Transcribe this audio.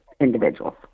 individuals